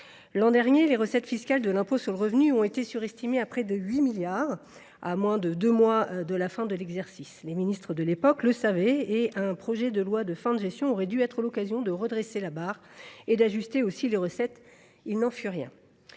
L’an dernier, les recettes fiscales de l’impôt sur le revenu ont été surestimées de près de 8 milliards d’euros à moins de deux mois de la fin de l’exercice. Les ministres de l’époque le savaient. Un projet de loi de finances rectificative aurait dû être l’occasion de redresser la barre et d’ajuster les recettes ; il n’en fut rien.